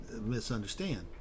misunderstand